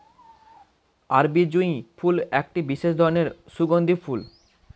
আরবি জুঁই ফুল একটি বিশেষ ধরনের সুগন্ধি ফুল